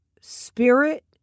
spirit